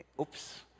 Oops